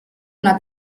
una